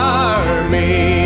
army